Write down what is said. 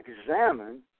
examine